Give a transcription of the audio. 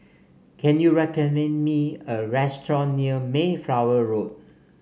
can you recommend me a restaurant near Mayflower Road